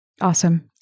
Awesome